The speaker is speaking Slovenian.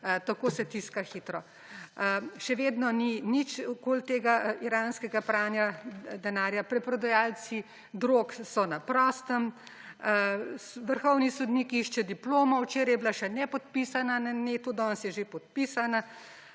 tako se tiska hitro. Še vedno ni nič okoli tega iranskega pranja denarja. Preprodajalci drog so na prostem, vrhovni sodnik išče diplomo, včeraj je bila še nepodpisana na internetu, danes je že podpisana.